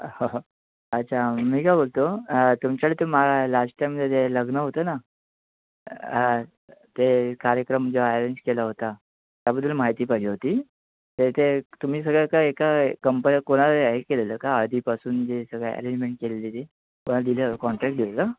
हो हो अच्छा मी काय बोलतो तुमच्याकडे ते मा लास्ट टाईमचं जे लग्न होतं ना हं ते कार्यक्रम जो अरेंज केला होता त्याबद्दल माहिती पाहिजे होती तर ते तुम्ही सगळं काय एका कंपनीला कोणाला हे केलेलं का आधीपासून जे सगळं अरेंजमेंट केलेली ती कोणाला दिलेलं काँट्रॅक्ट दिलेलं